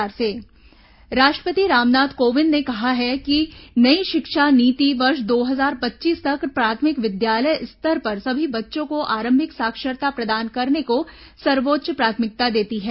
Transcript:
राष्ट्रपति राष्ट्रीय शिक्षा नीति राष्ट्रपति रामनाथ कोविंद ने कहा है कि नई शिक्षा नीति वर्ष दो हजार पच्चीस तक प्राथमिक विद्यालय स्तर पर सभी बच्चों को आरंभिक साक्षरता प्रदान करने को सर्वोच्च प्राथमिकता देती है